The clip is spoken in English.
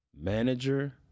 Manager